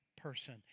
person